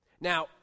Now